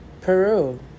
Peru